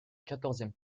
quatorzième